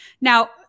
Now